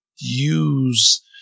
use